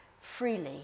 freely